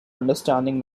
understanding